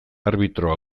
arbitro